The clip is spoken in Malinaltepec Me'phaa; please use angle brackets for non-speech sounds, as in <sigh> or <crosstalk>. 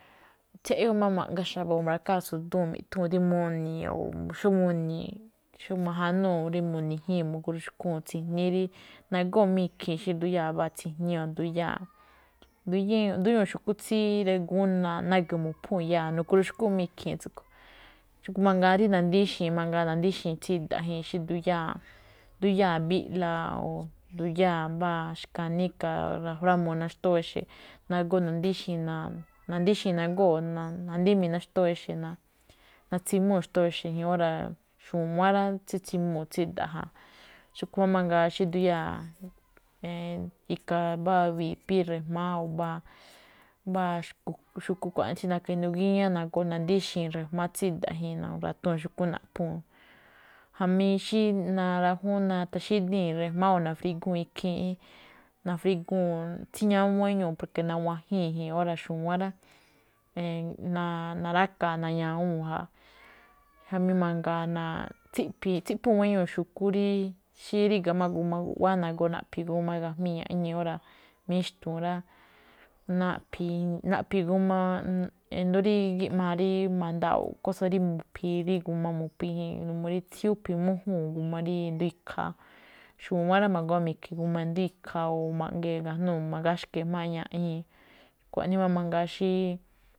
Tséꞌyóo máꞌ ma̱ꞌga xa̱bo̱ ma̱bra̱káa tsu̱dúu̱n mi̱ꞌthúu̱n rí muni̱i̱, o xó muni̱i̱, xó ma̱janúu̱ rí munijíi̱n o mugúxkúu̱n tsi̱jní, rí nagóo̱ máꞌ ikhii̱n xí nduyáa̱ mbáa tsi̱jní o nduyáa̱. <noise> nduñúu̱ xu̱kú tsí ngrigu̱ún mu̱phúu̱n iyáa̱, <noise> nagóó ruxkuu̱n máꞌ ikhii̱n tsúꞌkhuen. Xúꞌkhue̱n máꞌ mangaa rí na̱díxi̱i̱, rí na̱díxi̱i̱n tsída̱ꞌ jii̱n xí nduyáa̱, nduyáa̱ mbiꞌla o nduyáa̱ mbáa xka̱ní i̱ka̱ rafrámuu ná xtóo exe̱, nagóo̱ na̱díxi̱i̱n, <noise> na̱díxi̱i̱n nagóo̱, na̱dímii̱n ná xtóo exe̱, natsimúu̱ ná xtóo exe̱. Óra̱ xu̱wán rá, tsítsimuu̱ tsída̱ꞌ ja. Xúꞌkhue̱n máꞌ mangaa na̱ka̱ mbáa wi̱pí ri̱jma̱á o mbáa- mbáa, xu̱kú xkuaꞌnii tsí na̱ka̱ inuu gíñá, nagoo na̱díxi̱i̱ <noise> ri̱jma̱á tsída̱ jin, na̱ra̱tuu̱n xu̱kú naꞌphuu̱n. Jamí xí narajún nataxídíi̱n ri̱jma̱á o nafriguu̱n ikhii̱n. Nafriguu̱n <noise> tsíñawúu̱n guéño, porke nawajíi̱n jii̱n. Óra̱ xu̱wán rá, <hesitation> na̱rákaa̱ nañawúu̱n ja, <noise> jamí mangaa tsiꞌphii̱ guéño, tsiꞌphuu̱n guéño xu̱kú rí xí ríga̱ máꞌ g <hesitation> a guꞌwáá nagoo naꞌphi̱i̱ g <hesitation> a gajmii̱ ya̱ñii̱. Óra̱, mixtu̱u̱n rá, na̱ꞌphi̱i̱, na̱ꞌphi̱i̱ g <hesitation> a, i̱ndo̱ó rí gíꞌmaa rí ma̱nda̱wo̱o̱, kósa̱ rí mu̱phi̱i̱ rí g <hesitation> a rí mu̱phi̱i̱ n <hesitation> uu rí tsiyuu gúphi̱i̱ jii̱n, n <hesitation> uu rí tsíñúu̱ gúphi̱i̱ mújúu̱n g <hesitation> a rí i̱ndo̱ó ikhaa. Xu̱wán rá magoo mi̱khui̱i̱ g <hesitation> a i̱ndo̱ó ikhaa o ma̱ꞌgee̱ ma̱ga̱jnúu̱ ma̱ꞌgee̱ ma̱gaxkee̱ ga̱jmáa̱ ña̱ꞌñii̱. Xkuaꞌnii máꞌ mangaa xí.